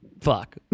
Fuck